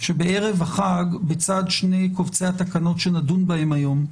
שבערב החג בצד שני קובצי התקנות שנדון בהם היום,